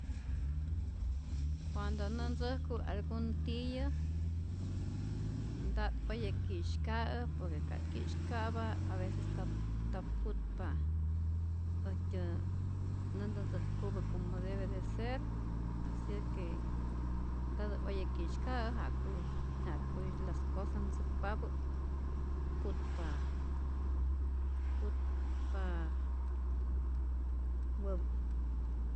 Cuando nä ntzäjku algun tiyä y nta't oye ki'syka'ä, por que ka't ki'syka'pa aveces nta nta putpa äjtyä näntä ntzäjkupä como debe de ser, asi es que ntatä oye ki'syka'ä ja'ku ja'ku je las cosas ntzäkpapä putpa putpa wäpä.